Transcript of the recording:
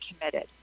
committed